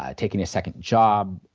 ah taking a second job,